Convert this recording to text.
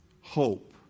Hope